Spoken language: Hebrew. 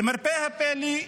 למרבה הפלא,